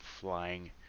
flying